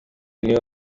niwe